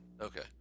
okay